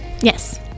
Yes